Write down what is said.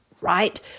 right